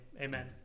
Amen